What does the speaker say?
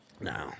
No